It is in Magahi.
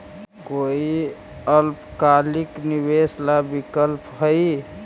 कोई अल्पकालिक निवेश ला विकल्प हई?